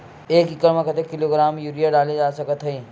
एक एकड़ म कतेक किलोग्राम यूरिया डाले जा सकत हे?